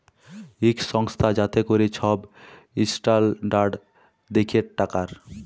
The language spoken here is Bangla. ইক সংস্থা যাতে ক্যরে ছব ইসট্যালডাড় দ্যাখে টাকার